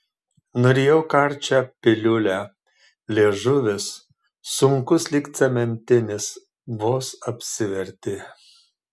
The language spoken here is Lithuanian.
nurijau karčią piliulę liežuvis sunkus lyg cementinis vos apsivertė